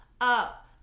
Up